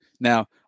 Now